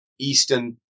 Eastern